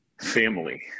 family